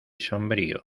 sombrío